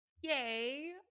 Yay